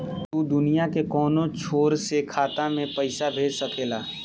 तू दुनिया के कौनो छोर से खाता में पईसा भेज सकेल